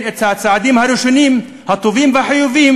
את הצעדים הראשונים הטובים והחיוביים